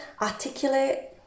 articulate